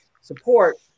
support